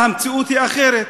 אבל המציאות היא אחרת.